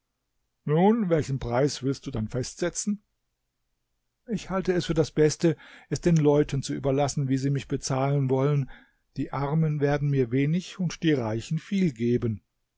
nun welchen preis willst du denn festsetzen ich halte es für das beste es den leuten zu überlassen wie sie mich bezahlen wollen die armen werden mir wenig und die reichen viel geben